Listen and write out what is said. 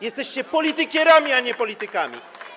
Jesteście politykierami, a nie politykami!